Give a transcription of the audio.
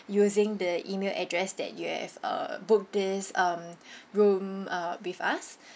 using the email address that you have uh book this um room uh with us